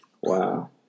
Wow